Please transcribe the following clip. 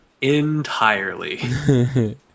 entirely